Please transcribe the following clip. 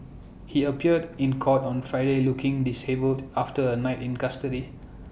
he appeared in court on Friday looking dishevelled after A night in custody